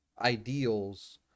ideals